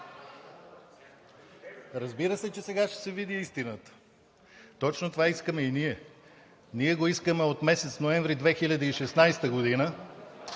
Разбира се, че сега ще се види истината. Точно това искаме и ние. Ние го искаме от месец ноември 2016 г.